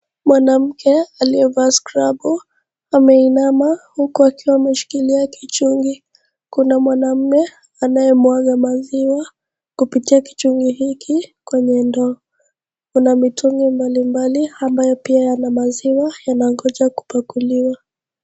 Mwanamke aliyevaa skrabu ameina huku akiwa ameshikilia kichungi. Kuna mwanamume anayemwaga maziwa kupitia kichungi hiki kwenye ndoo. Kuna mitungi mbalimbali ambayo pia yana maziwa yanagonja kupakuliwa.